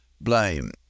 blame